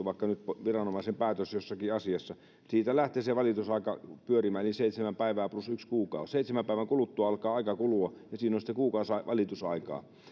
vaikka nyt viranomaisen päätös jossakin asiassa on tietoverkkoon laitettu siitä lähtee se valitusaika pyörimään eli seitsemän päivää plus yksi kuukausi seitsemän päivän kuluttua alkaa aika kulua ja siinä on sitten kuukausi valitusaikaa